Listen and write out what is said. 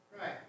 Right